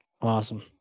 Awesome